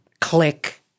Click